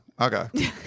okay